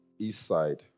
Eastside